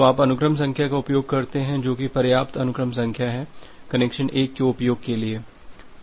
तो आप अनुक्रम संख्या का उपयोग करते हैं जो कि पर्याप्त अनुक्रम संख्या है कनेक्शन 1 के उपयोग के लिए